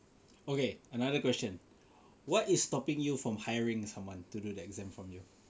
okay another question what is stopping you from hiring someone to do the exam for you